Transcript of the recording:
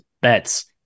Bets